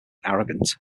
arrogant